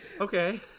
Okay